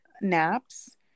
naps